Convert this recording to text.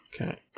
Okay